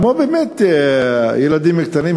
כמו באמת ילדים קטנים,